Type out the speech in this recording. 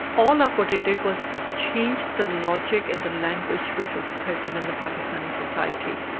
all up what it did was it changed the logic and the language which was present in the pakistani society.